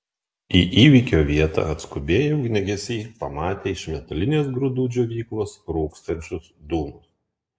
į įvykio vietą atskubėję ugniagesiai pamatė iš metalinės grūdų džiovyklos rūkstančius dūmus